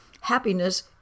Happiness